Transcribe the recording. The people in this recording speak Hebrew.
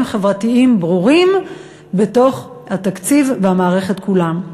חברתיים ברורים בתוך התקציב והמערכת כולה.